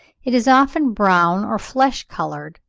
it is often brown or flesh-colour,